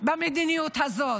במדיניות הזאת,